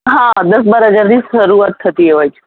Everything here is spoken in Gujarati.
હા દશ બાર હજારથી શરૂઆત થતી હોય છે